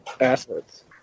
assets